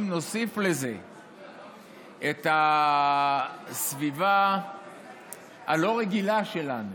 אם נוסיף לזה את הסביבה הלא-רגילה שלנו,